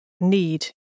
need